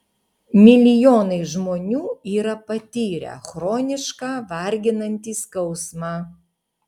milijonai žmonių yra patyrę chronišką varginantį skausmą